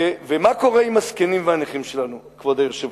ומה קורה עם הזקנים והנכים שלנו, כבוד היושב-ראש?